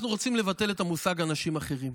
אנחנו רוצים לבטל את המושג אנשים אחרים.